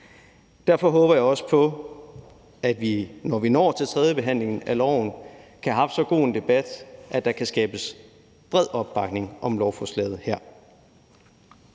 Derfor håber jeg også på, at vi, når vi når til tredjebehandlingen af lovforslaget, har haft så god en debat, at der kan skabes bred opbakning om lovforslaget her.